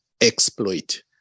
exploit